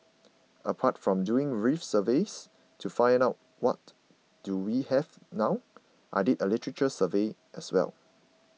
apart from doing reef surveys to find out what do we have now I did a literature survey as well